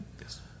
Yes